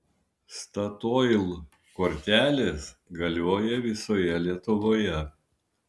statoil kortelės galioja visoje lietuvoje